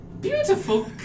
beautiful